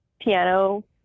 piano